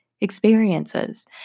experiences